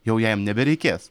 jau jam nebereikės